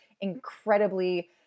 incredibly